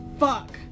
fuck